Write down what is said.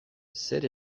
zer